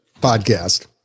podcast